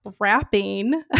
wrapping